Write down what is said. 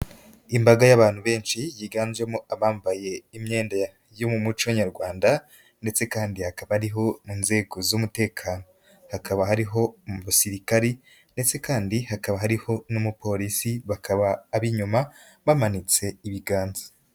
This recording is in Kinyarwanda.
Imbaga y'abantu benshi yiganjemo abambaye imyenda yo mu muco Nyarwanda, ndetse kandi hakaba hariho mu nzego z'umutekano, hakaba hariho mu basirikare, ndetse kandi hakaba hariho n'umuporisi, bakaba ab'inyuma bamanitse ibiganza.